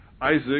Isaac